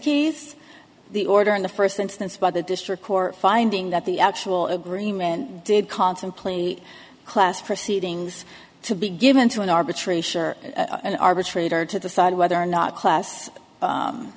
case the order in the first instance by the district court finding that the actual agreement did contemplate the class proceedings to be given to an arbitration or an arbitrator to decide whether or not class